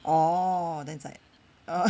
orh then it's like